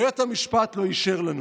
בית המשפט לא אישר לנו.